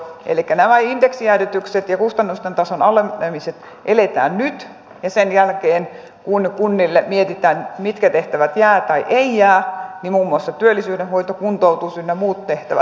elikkä nämä indeksijäädytykset ja kustannusten tason alenemiset eletään nyt ja sen jälkeen kun mietitään mitkä tehtävät jäävät tai eivät jää kunnille niin muun muassa työllisyyden hoito kuntoutus ynnä muut tehtävät